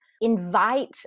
Invite